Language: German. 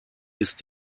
ist